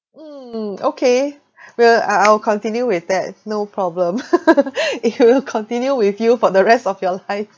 mm okay well I'll I'll continue with that no problem it will continue with you for the rest of your life